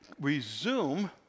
resume